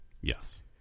Yes